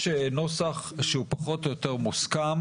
יש נוסח שהוא פחות או יותר מוסכם.